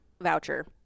voucher